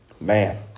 man